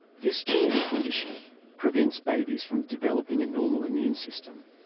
this genetic condition prevents babies from developing a normal immune system.